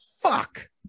fuck